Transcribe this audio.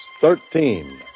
Thirteen